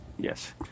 Yes